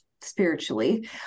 spiritually